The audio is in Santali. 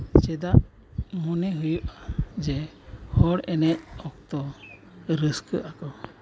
ᱪᱮᱫᱟᱜ ᱢᱚᱱᱮ ᱦᱩᱭᱩᱜᱼᱟ ᱡᱮ ᱦᱚᱲ ᱮᱱᱮᱡ ᱚᱠᱛᱚ ᱨᱟᱹᱥᱠᱟᱹᱜ ᱟᱠᱚ